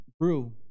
brew